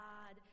God